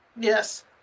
Yes